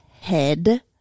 head